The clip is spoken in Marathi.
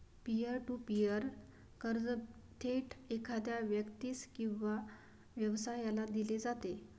पियर टू पीअर कर्ज थेट एखाद्या व्यक्तीस किंवा व्यवसायाला दिले जाते